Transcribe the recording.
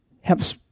helps